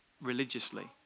religiously